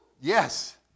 yes